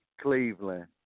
Cleveland